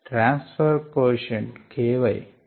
trans far quotient ky